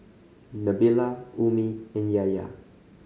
Nabila Ummi and Yahya